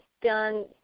done